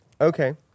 Okay